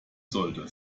sollte